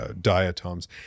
diatoms